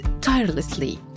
tirelessly